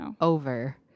over